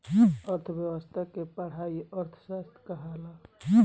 अर्थ्व्यवस्था के पढ़ाई अर्थशास्त्र कहाला